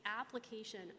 application